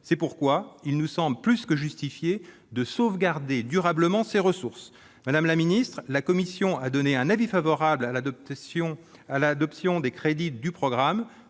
C'est pourquoi il nous semble plus que justifié de sauvegarder durablement ses ressources. Madame la ministre, notre commission a émis un avis favorable à l'adoption des crédits du programme.